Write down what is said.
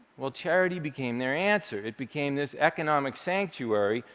well, charity became their answer. it became this economic sanctuary,